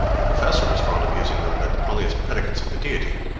the professor was fond of using them, but only as predicates of the deity,